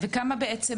מהמם.